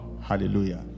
Hallelujah